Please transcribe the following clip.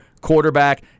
quarterback